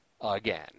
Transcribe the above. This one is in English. again